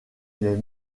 les